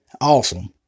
awesome